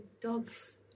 dogs